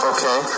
Okay